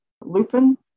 lupin